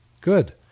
Good